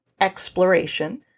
exploration